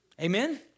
Amen